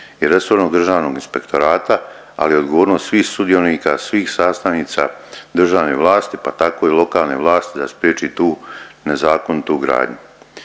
i resornog Državnog inspektorata, ali i odgovornost svih sudionika, svih sastavnica državne vlasti, pa tako i lokalne vlasti da spriječi tu nezakonitu gradnju.